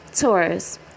Taurus